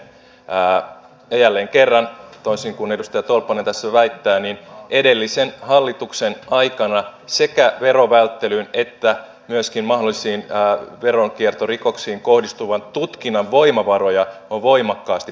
ja jälleen kerran toisin kuin edustaja tolppanen tässä väittää edellisen hallituksen aikana sekä verovälttelyyn että myöskin mahdollisiin veronkiertorikoksiin kohdistuvan tutkinnan voimavaroihin voimakkaasti panostettiin